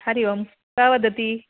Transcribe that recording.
हरिः ओं का वदति